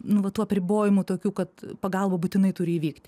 nu va tų apribojimų tokių kad pagalba būtinai turi įvykt